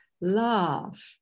love